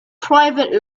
private